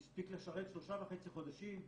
הוא הספיק לשרת שלושה וחצי חודשים,